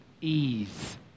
ease